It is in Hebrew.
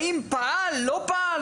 האם פעל, לא פעל?